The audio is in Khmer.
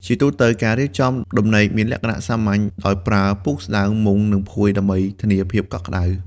ជាទូទៅ ការរៀបចំដំណេកមានលក្ខណៈ សាមញ្ញ ដោយប្រើពូកស្តើង មុង និងភួយ ដើម្បីធានាភាពកក់ក្តៅ។